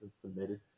submitted